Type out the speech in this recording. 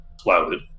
clouded